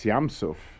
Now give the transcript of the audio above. Yamsuf